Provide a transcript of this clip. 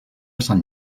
sant